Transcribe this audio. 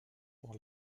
pour